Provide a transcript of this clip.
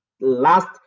last